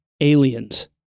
Aliens